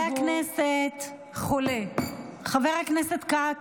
חברי הכנסת, חבר הכנסת כץ,